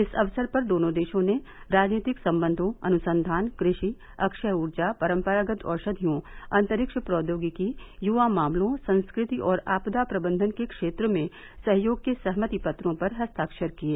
इस अवसर पर दोनों देशों ने राजनीतिक संबंधों अनुसंधान कृषि अक्षय ऊर्जा परम्परागत औषधियों अंतरिक्ष प्रौद्योगिकी युवा मामलों संस्कृति और आपदा प्रबंधन के क्षेत्र में सहयोग के सहमति पत्रों पर हस्ताक्षर किये